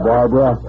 Barbara